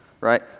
right